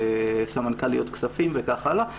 סמנכ"ליות כספים וכך הלאה,